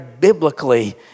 biblically